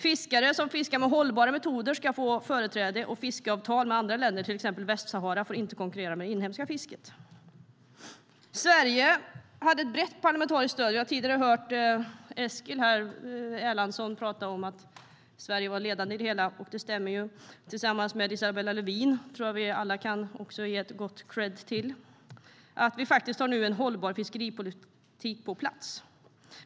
Fiskare som fiskar med hållbara metoder ska få företräde, och fiskeavtal med andra länder, till exempel Västsahara, får inte konkurrera med det inhemska fisket. Sverige fick ett brett parlamentariskt stöd. Vi har tidigare hört Eskil Erlandsson säga att Sverige var ledande i det hela, vilket stämmer, och jag tror att vi alla kan ge Isabella Lövin kredd för att vi nu faktiskt har en hållbar fiskeripolitik på plats.